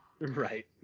Right